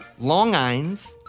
Longines